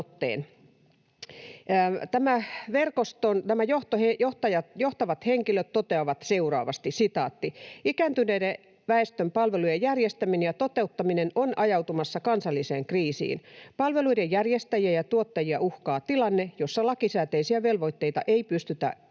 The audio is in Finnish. Nämä verkoston johtavat henkilöt toteavat seuraavasti: ”Ikääntyneen väestön palvelujen järjestäminen ja toteuttaminen on ajautumassa kansalliseen kriisiin. Palveluiden järjestäjiä ja tuottajia uhkaa tilanne, jossa lakisääteisiä velvoitteita ei pystytä täyttämään.”